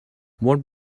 what